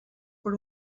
per